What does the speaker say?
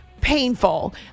Painful